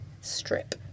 strip